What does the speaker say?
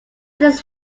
this